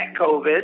COVID